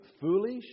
foolish